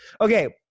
Okay